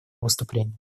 выступление